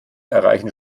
erreichen